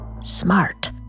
smart